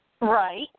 Right